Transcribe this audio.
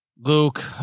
Luke